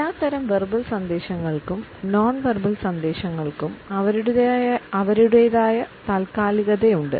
എല്ലാത്തരം വെർബൽ സന്ദേശങ്ങൾക്കും non verbal സന്ദേശങ്ങൾക്കും അവരുടേതായ താൽക്കാലികതയുണ്ട്